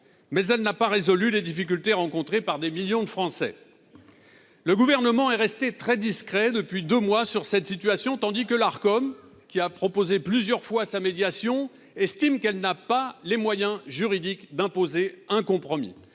mais elle n'a pas résolu les difficultés rencontrées par des millions de Français, le gouvernement est resté très discret depuis 2 mois sur cette situation, tandis que l'Arcom qui a proposé plusieurs fois sa médiation estime qu'elle n'a pas les moyens juridiques d'imposer un compromis